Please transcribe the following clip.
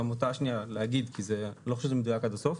גם לגביה להגיב כי אני לא חושב שזה מדויק עד הסוף.